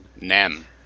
Nem